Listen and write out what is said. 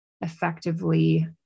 effectively